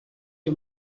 you